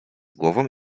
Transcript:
głową